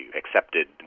accepted